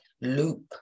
loop